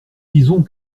disons